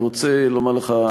אני רוצה לומר לך,